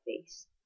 face